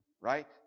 Right